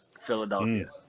Philadelphia